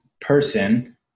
person